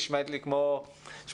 נשמעת לי כמו עוול.